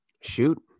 shoot –